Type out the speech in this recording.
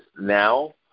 now